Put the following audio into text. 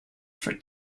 for